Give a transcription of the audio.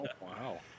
wow